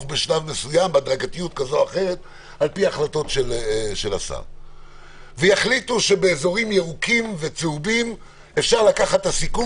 בשלב מסוים ויחליטו שבאזורים ירוקים וצהובים אפשר לקחת סיכון